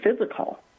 physical